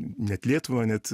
net lietuva net